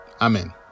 Amen